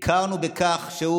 הכרנו בכך שהוא